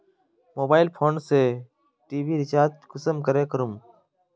Mobile phone से TV recharge कुंसम करे करूम?